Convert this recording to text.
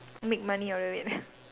make money out of it